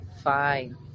Fine